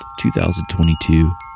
2022